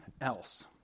else